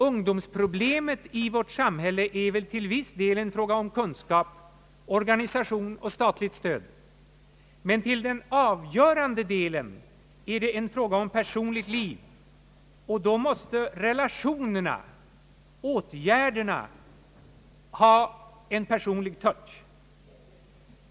Ungdomsproblemet i vårt samhälle är väl till viss del en fråga om kunskap, organisation och statligt stöd, men till den avgörande delen är det en fråga om personligt liv. Då måste relationerna, åtgärderna, ha en personlig touche.